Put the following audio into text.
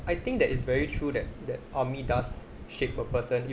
I think that is very true that that army does shape a person